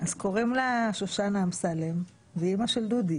קוראים לה שושנה אמסלם, והיא אימא של דודי.